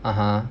(uh huh)